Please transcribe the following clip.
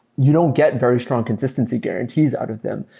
you don't get very strong consistency guarantees out of them.